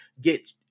get